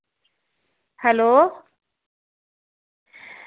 hello